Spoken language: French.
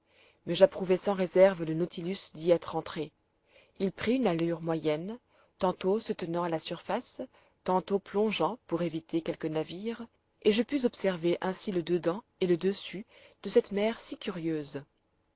mais j'approuvai sans réserve le nautilus d'y être entré il prit une allure moyenne tantôt se tenant à la surface tantôt plongeant pour éviter quelque navire et je pus observer ainsi le dedans et le dessus de cette mer si curieuse